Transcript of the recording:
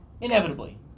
Inevitably